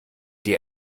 dir